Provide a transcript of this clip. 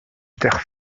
terre